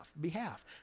behalf